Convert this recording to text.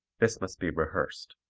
this must be rehearsed.